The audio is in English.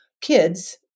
kids